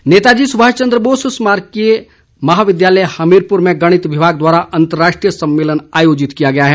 सम्मेलन नेता जी सुभाष चंद्र बोस स्मारकीय महाविद्यालय हमीरपुर में गणित विभाग द्वारा अंतराष्ट्रीय सम्मेलन आयोजित किया गया है